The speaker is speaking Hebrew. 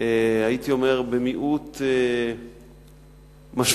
הייתי אומר במיעוט משמעותי,